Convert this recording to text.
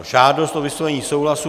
Žádost o vyslovení souhlasu